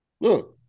look